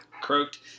croaked